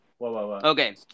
Okay